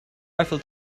eiffel